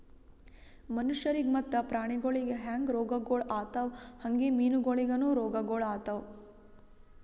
ಮನುಷ್ಯರಿಗ್ ಮತ್ತ ಪ್ರಾಣಿಗೊಳಿಗ್ ಹ್ಯಾಂಗ್ ರೋಗಗೊಳ್ ಆತವ್ ಹಂಗೆ ಮೀನುಗೊಳಿಗನು ರೋಗಗೊಳ್ ಆತವ್